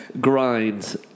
grind